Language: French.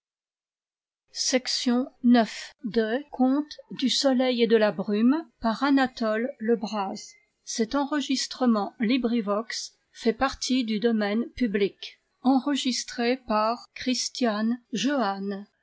du soleil et de la brume reine anne marguerite et robert le